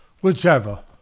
whichever